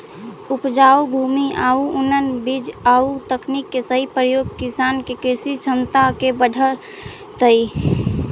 उपजाऊ भूमि आउ उन्नत बीज आउ तकनीक के सही प्रयोग किसान के कृषि क्षमता के बढ़ऽतइ